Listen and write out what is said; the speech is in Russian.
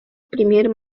пример